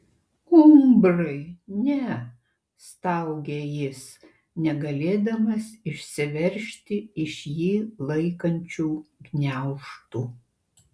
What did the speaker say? umbrai ne staugė jis negalėdamas išsiveržti iš jį laikančių gniaužtų